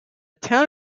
town